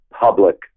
public